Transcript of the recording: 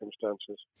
circumstances